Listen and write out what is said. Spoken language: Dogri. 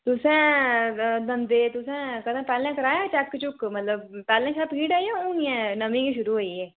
तुसें दंदे गी तुसें कदें पहलें कराया हा चैक चुक मतलब पहलें शा पीड़ ऐ जां उन्नी गै ऐ नमीं गै शरु होई ऐ